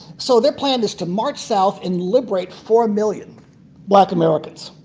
so their plan is to march south and liberate four million black americans.